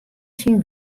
syn